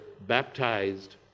baptized